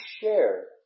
share